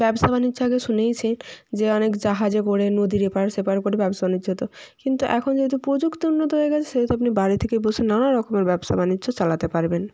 ব্যবসা বাণিজ্য আগে শুনেইছি যে অনেক জাহাজে করে নদীর এপার সেপার করে ব্যবসা বাণিজ্য হতো কিন্তু এখন যেহেতু প্রযুক্তি উন্নত হয়ে গেছে সেহেতু আপনি বাড়ি থেকে বসে নানা রকমের ব্যবসা বাণিজ্য চালাতে পারবেন